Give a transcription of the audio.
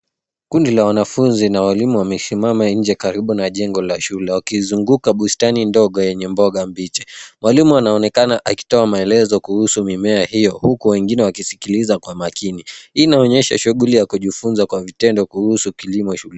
Kundi la wanafunzi na walimu wamesimama nje karibu na jengo la shule wakizunguka bustani ndogo enye mboga mbichi. Mwalimu anaonekana akitoa maelezo kuhusu mimea hiyo huku wengine wakisikiliza kwa makini. Hii inaonyesha shuguli ya kujifunza kwa vitendo kuhusu kilimo shuleni.